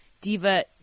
Diva